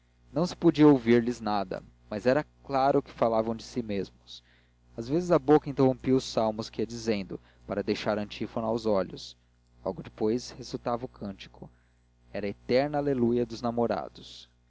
não se podia ouvir lhes nada mas era claro que falavam de si mesmos as vezes a boca interrompia os salmos que ia dizendo para deixar a antífona aos olhos logo depois recitava o cântico era a eterna aleluia dos namorados